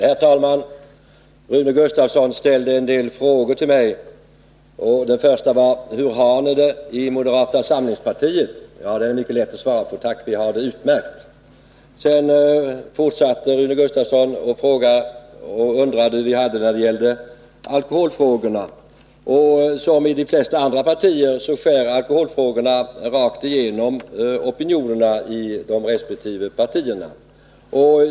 Herr talman! Rune Gustavsson ställde en del frågor till mig. Den första var: Hur har ni det i moderata samlingspartiet? Den är mycket lätt att svara på. Tack, vi har det utmärkt. Sedan undrade Rune Gustavsson hur vi hade det när det gällde alkoholfrågorna. Som i de flesta andra partier skär alkoholfrågorna rakt igenom opinionerna.